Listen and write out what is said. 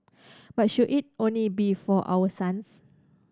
but should it only be for our sons